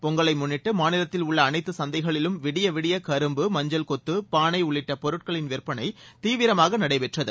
பொங்கலை முன்னிட்டு மாநிலத்தில் உள்ள அனைத்து சந்தைகளிலும் விடியவிடிய கரும்பு மஞ்சள் கொத்து பானை உள்ளிட்ட பொருட்களின் விற்பனை தீவிரமாக நடைபெற்றது